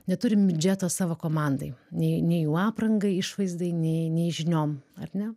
neturim biudžeto savo komandai nei nei jų aprangai išvaizdai nei nei žiniom ar ne